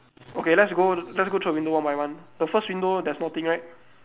okay let's go let's go through the window one by one the first window there is nothing right